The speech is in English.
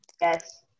Yes